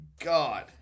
God